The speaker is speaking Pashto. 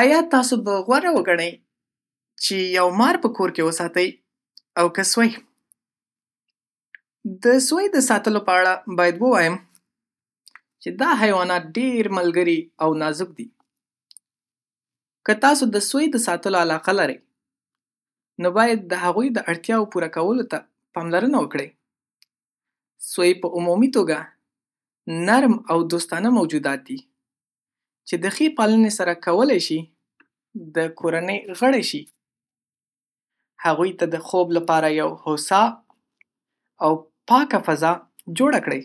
ایا تاسو به غوره وګڼۍ چی یو مار په کور کی وساتۍ او کی سوی؟ د سوی د ساتلو په اړه باید ووایم چې دا حیوانات ډېر ملګري او نازک دي. که تاسو د سوی د ساتلو علاقه لرئ، نو باید د هغوی د اړتیاوو پوره کولو ته پاملرنه وکړئ. سوی په عمومي توګه نرم او دوستانه موجودات دي چې د ښې پالنې سره کولی شي د کورنۍ غړي شي. هغوی ته د خوب لپاره یوه هوسا او پاکه فضا جوړه کړی،